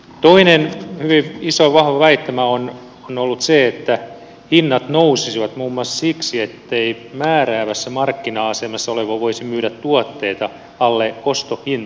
toinen hyvin iso vahva väittämä on ollut se että hinnat nousisivat muun muassa siksi ettei määräävässä markkina asemassa oleva voisi myydä tuotteita alle ostohintojensa